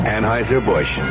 Anheuser-Busch